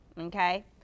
okay